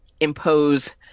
Impose